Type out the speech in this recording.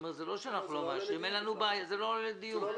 זה לא שאנחנו לא מאשרים, זה לא עולה לדיון.